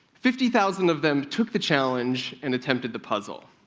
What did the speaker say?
fifty thousand of them took the challenge and attempted the puzzle.